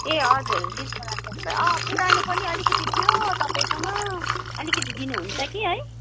ए हजुर लिस्टमा राखुँ अँ पुरानो पनि अलिकति थियो तपाईँसँग अलिकति दिनुहुन्छ कि है